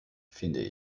finde